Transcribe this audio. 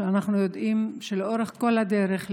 שאנחנו יודעים שלאורך כל הדרך,